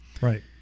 right